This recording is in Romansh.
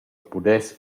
pudess